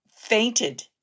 Fainted